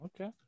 Okay